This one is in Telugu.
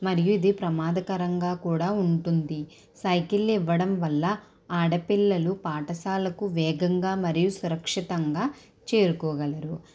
మరియు ఇది ప్రమాదకరంగా కూడా ఉంటుంది సైకిళ్ళు ఇవ్వడం వల్ల ఆడపిల్లలు పాఠశాలకు వేగంగా మరియు సురక్షితంగా చేరుకోగలరు